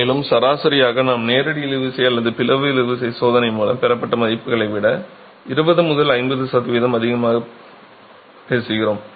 மேலும் சராசரியாக நாம் நேரடி இழுவிசை அல்லது பிளவு இழுவிசை சோதனை மூலம் பெறப்பட்ட மதிப்புகளை விட 20 முதல் 50 சதவீதம் அதிகமாக பேசுகிறோம்